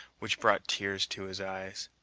which brought tears to his eyes.